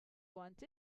want